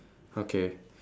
okay